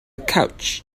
couch